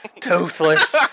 toothless